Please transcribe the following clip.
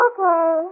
Okay